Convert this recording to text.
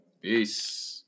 Peace